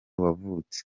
wavutse